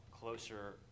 closer